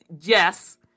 yes